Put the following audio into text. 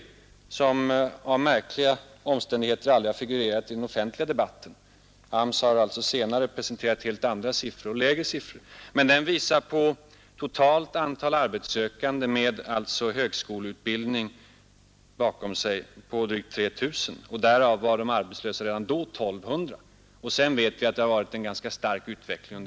Den uppgiften har emellertid av några märkliga omständigheter aldrig figurerat i den offentliga debatten. Senare har AMS presenterat helt andra och lägre siffror. Den första uppgiften visade på totalt drygt 3 000 arbetssökande med högskoleutbildning bakom sig. Av dem uppgick de arbetslösa redan då till 1 200, och jag vet att utvecklingen under hösten har varit starkt negativ.